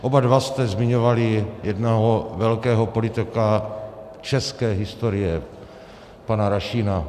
Oba jste zmiňovali jednoho velkého politika české historie, pana Rašína.